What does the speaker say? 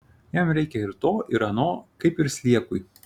jam reikia ir to ir ano kaip ir sliekui